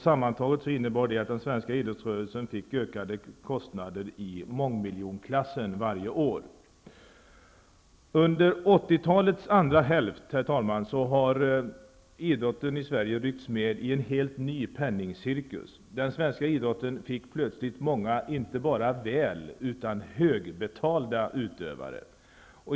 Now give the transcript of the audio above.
Sammantaget innebar det att den svenska idrottsrörelsen fick ökade kostnader i mångmiljonklassen varje år. Herr talman! Under 80-talets andra hälft har idrotten i Sverige ryckts med i en helt ny penningcirkus. Den svenska idrotten fick plötsligt många inte bara väl utan även högbetalda utövare.